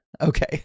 Okay